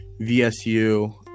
VSU